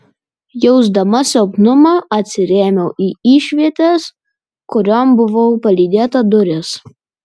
jausdama silpnumą atsirėmiau į išvietės kurion buvau palydėta duris